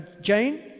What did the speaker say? Jane